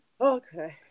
okay